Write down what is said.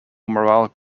morale